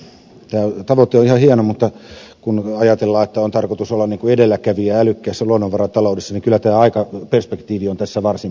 tämä tavoite on ihan hieno mutta kun ajatellaan että on tarkoitus olla edelläkävijä älykkäässä luonnonvarataloudessa niin kyllä tämä aikaperspektiivi on tässä varsin pitkä